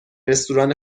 رستوران